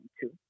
two